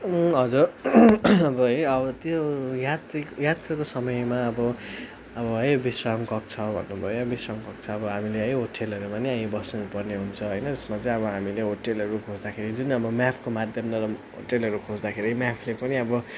हजुर अब है अब त्यो यात्री यात्राको समयमा अब अब है विश्राम कक्ष भन्नु भयो है विश्राम कक्ष अब हामीले है होटेलहरूमा नि हामी बस्नु पर्ने हुन्छ होइन जसमा चाहिँ अब हामीले होटेलहरू खोज्दाखेरि जुन अब म्यापको माध्यमद्वारा होटेलहरू खोज्दाखेरि म्यापले पनि अब